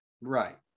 Right